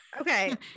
Okay